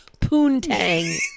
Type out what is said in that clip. Poontang